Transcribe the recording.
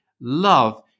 love